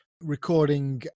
Recording